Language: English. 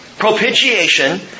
propitiation